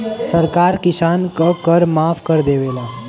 सरकार किसान क कर माफ कर देवला